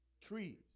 Trees